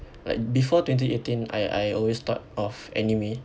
like before twenty eighteen I I always thought of anime